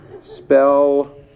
Spell